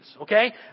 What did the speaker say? Okay